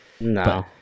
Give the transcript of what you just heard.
No